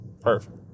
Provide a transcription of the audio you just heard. Perfect